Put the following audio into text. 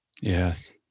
yes